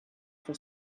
for